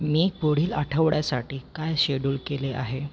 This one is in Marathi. मी पुढील आठवड्यासाठी काय शेडूल केले आहे